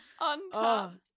Untapped